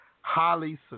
highly